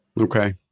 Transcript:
Okay